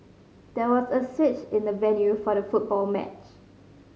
there was a switch in the venue for the football match